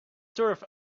turf